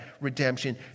redemption